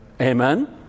Amen